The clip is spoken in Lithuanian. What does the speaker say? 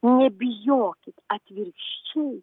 nebijokit atvirkščiai